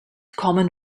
common